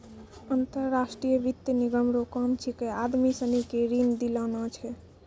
अंतर्राष्ट्रीय वित्त निगम रो काम छिकै आदमी सनी के ऋण दिलाना छै